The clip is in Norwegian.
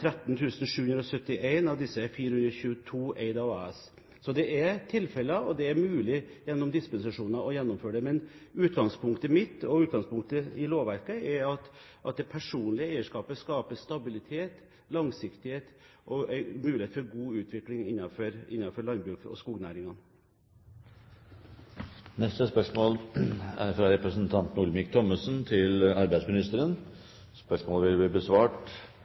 av disse er 422 eid av AS. Så det er tilfeller, og det er mulig gjennom dispensasjoner å gjennomføre det. Men utgangspunktet mitt og utgangspunktet i lovverket er at det personlige eierskapet skaper stabilitet, langsiktighet og mulighet for god utvikling innenfor landbruket og skognæringen. Disse spørsmålene er utsatt til neste spørretime. Dette spørsmålet, fra representanten Olemic Thommessen til arbeidsministeren, vil bli besvart